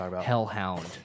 hellhound